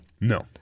No